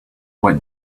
what